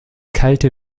kalte